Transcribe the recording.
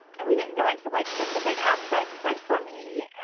and we didn't go into like specific aspects. but for me